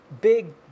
big